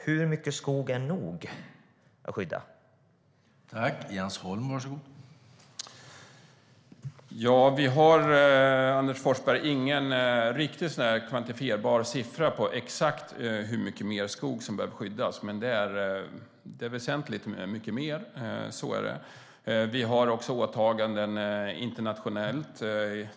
Hur mycket skog är nog att skydda?